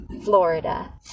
Florida